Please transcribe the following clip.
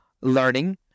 learning